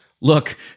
Look